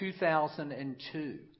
2002